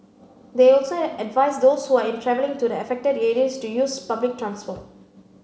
they also advised those who are travelling to the affected areas to use public transport